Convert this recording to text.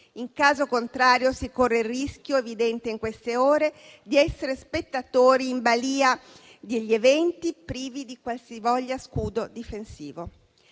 In caso contrario si corre il rischio, evidente in queste ore, di essere spettatori in balia degli eventi, privi di qualsivoglia scudo difensivo.